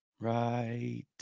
Right